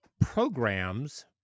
programs